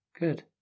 Good